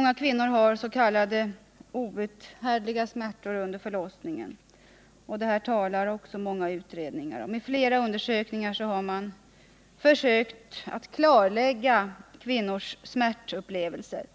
Många kvinnor har s.k. outhärdliga smärtor under förlossningen — det talar många utredningar om. I flera undersökningar har man försökt kartlägga kvinnors smärtupplevelser.